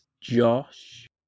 Josh